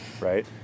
Right